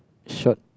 shot